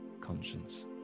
conscience